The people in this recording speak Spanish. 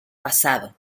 pasado